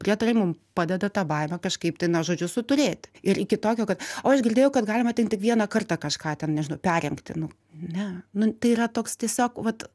prietarai mum padeda tą baimę kažkaip tai na žodžiu suturėti ir iki tokio kad o aš girdėjau kad galima ten tik vieną kartą kažką ten nežinau perrengti nu ne nu tai yra toks tiesiog vat